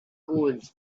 cooled